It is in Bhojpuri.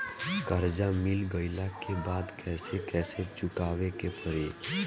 कर्जा मिल गईला के बाद कैसे कैसे चुकावे के पड़ी?